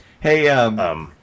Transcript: hey